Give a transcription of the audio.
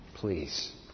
Please